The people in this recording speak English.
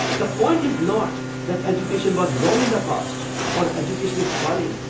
the point is not, that education was wrong in the past or education is falling,